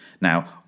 Now